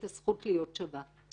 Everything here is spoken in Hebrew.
את הזכות להיות שווה.